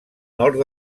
nord